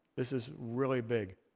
this is really big.